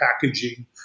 packaging